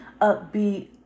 upbeat